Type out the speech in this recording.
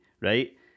Right